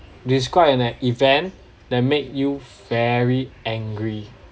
describe an event that make you very angry